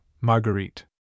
Marguerite